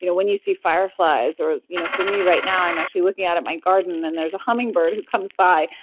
you know when you see fireflies, fireflies, or you know for me right now i'm actually looking at at my garden, and there's a hummingbird who comes by.